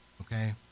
Okay